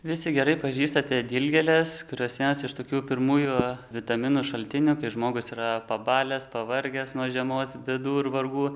visi gerai pažįstate dilgėles kurios vienas iš tokių pirmųjų vitaminų šaltinių kai žmogus yra pabalęs pavargęs nuo žiemos bėdų ir vargų